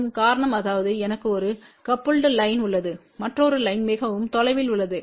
மற்றும் காரணம் அதாவது எனக்கு ஒரு கபுல்டு லைன் உள்ளது மற்றொரு லைன் மிகவும் தொலைவில் உள்ளது